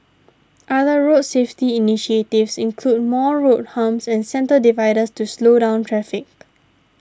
other road safety initiatives include more road humps and centre dividers to slow down traffic